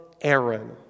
Aaron